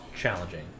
challenging